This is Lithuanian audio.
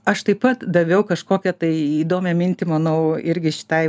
aš taip pat daviau kažkokią tai įdomią mintį manau irgi šitai